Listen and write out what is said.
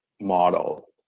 model